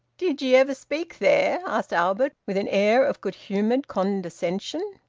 did ye ever speak there? asked albert, with an air of good-humoured condescension.